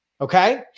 okay